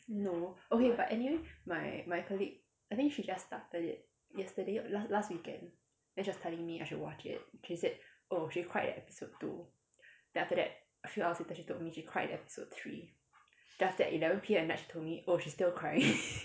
no okay but anyway my my colleague I think she just started it yesterday last last weekend then she was telling me I should watch it she said oh she cried at episode two then after that a few hours later she told me she cried at episode three then after that eleven P_M at night she told me oh she's still crying